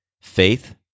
faith